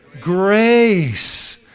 Grace